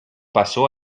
pasó